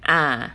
ah